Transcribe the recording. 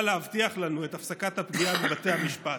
להבטיח לנו את הפסקת הפגיעה בבתי המשפט,